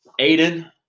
Aiden